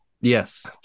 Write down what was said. yes